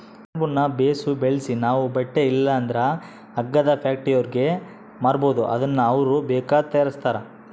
ಸೆಣಬುನ್ನ ಬೇಸು ಬೆಳ್ಸಿ ನಾವು ಬಟ್ಟೆ ಇಲ್ಲಂದ್ರ ಹಗ್ಗದ ಫ್ಯಾಕ್ಟರಿಯೋರ್ಗೆ ಮಾರ್ಬೋದು ಅದುನ್ನ ಅವ್ರು ಬೇಕಾದ್ದು ತಯಾರಿಸ್ತಾರ